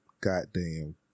goddamn